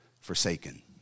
forsaken